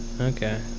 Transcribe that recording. okay